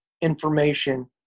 information